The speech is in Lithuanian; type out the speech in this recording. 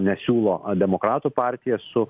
nesiūlo demokratų partija su